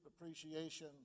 appreciation